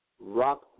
Rock